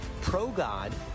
pro-God